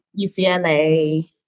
UCLA